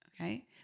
okay